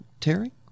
Terry